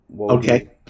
Okay